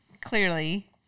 clearly